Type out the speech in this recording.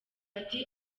ati